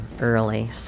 early